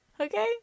Okay